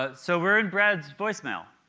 but so we're in brad's voice mail.